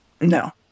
No